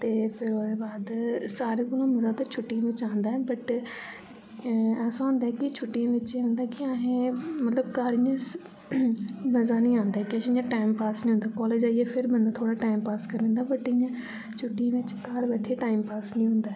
ते फिर ओह्दे बाद सारे कोला मजा दे छुटियै च आंदा ऐ बट अ ऐसा होंदा ऐ की छुटियै च ऐ होंदा ऐ अहे मतलब घर इ'यां मजा निं आंदा किश इ'यां टाइम पास नेईं होंदा कालेज जाइयै फिर बंदा थोह्ड़ा टाइम पास करी लैंदा बट इ'यां छुटियै बिच्च घर बैठियै टाइम पास निं होंदा ऐ ते